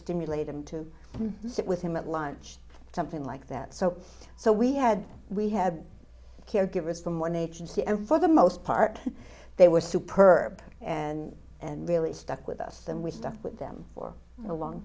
stimulate him to sit with him at lunch something like that so so we had we had caregivers from one agency and for the most part they were sue perve and and really stuck with us then we stuck with them for a long